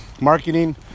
marketing